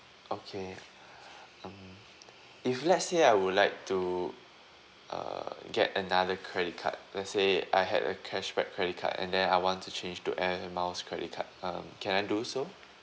okay um if let's say I would like to err get another credit card let's say I had a cashback credit card and then I want to change to Air Miles credit card um can I do so